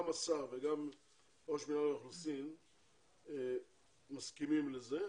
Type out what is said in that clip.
גם השר וגם ראש מינהל האוכלוסין מסכימים לזה,